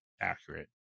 accurate